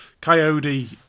Coyote